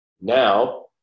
Now